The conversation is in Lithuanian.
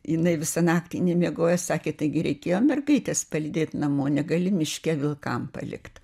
jinai visą naktį nemiegojo sakė taigi reikėjo mergaites palydėt namo negali miške vilkam palikt